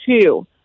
two